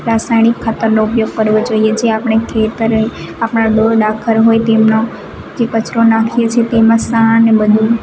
રાસાયણિક ખાતરનો ઉપયોગ કરવો જોઈએ જે આપણે ખેતર આપણા દોડ ડાંખર હોય તેમનો જે કચરો નાખીએ છીએ તેમાં છાણાને બધું